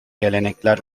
gelenekler